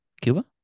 Cuba